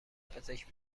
پزشک